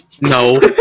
No